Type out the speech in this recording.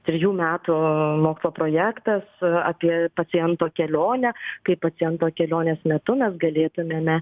trijų metų mokslo projektas apie paciento kelionę kaip paciento kelionės metu mes galėtumėme